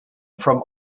from